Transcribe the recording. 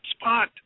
spot